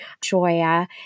Joya